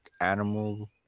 animal